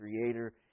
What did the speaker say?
Creator